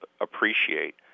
appreciate